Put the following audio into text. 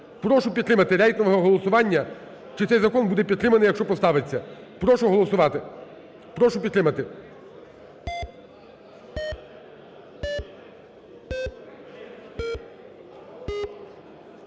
Прошу підтримати рейтингове голосування, чи цей закон буде підтриманий, якщо поставиться. Прошу голосувати, прошу підтримати.